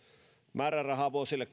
määräraha vuosille